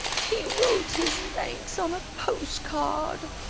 he wrote his thanks on a postcard!